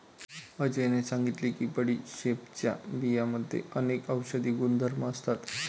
अजयने सांगितले की बडीशेपच्या बियांमध्ये अनेक औषधी गुणधर्म असतात